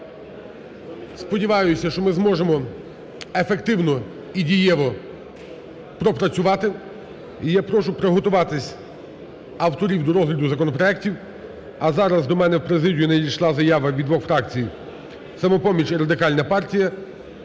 сподіваюся, що ми зможемо ефективно і дієво пропрацювати. І я прошу приготуватися авторів до розгляду законопроектів. А зараз до мене в президію надійшла заява від двох фракцій – "Самопомочі" і Радикальної партії